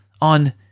on